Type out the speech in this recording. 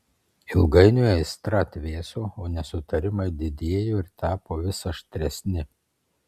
ilgainiui aistra atvėso o nesutarimai didėjo ir tapo vis aštresni